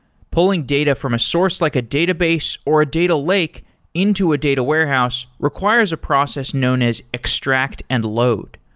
pulling data from a source, like a database, or a data lake into a data warehouse requires a process known as extract and load.